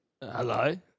Hello